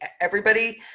everybody-